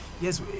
Yes